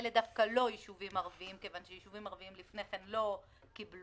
אלה דווקא לא יישובים ערביים מכיוון שיישובים ערביים לפני כן לא קיבלו.